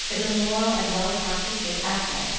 is a moral as well as an artistic asset,